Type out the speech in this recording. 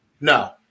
No